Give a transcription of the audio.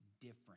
different